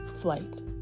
flight